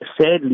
sadly